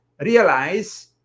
realize